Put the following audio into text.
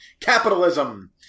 Capitalism